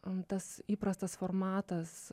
tas įprastas formatas